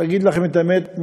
אגיד לכם את האמת,